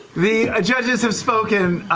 the judges have spoken.